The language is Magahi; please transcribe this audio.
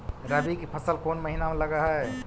रबी की फसल कोन महिना में लग है?